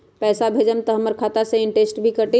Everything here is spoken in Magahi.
पैसा भेजम त हमर खाता से इनटेशट भी कटी?